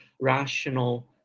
rational